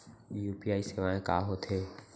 UPI सेवाएं का होथे